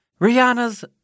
Rihanna's